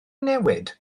newid